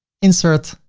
insert.